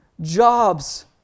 jobs